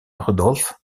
rudolf